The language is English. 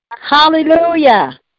hallelujah